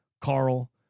Carl